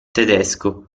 tedesco